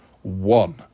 one